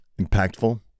impactful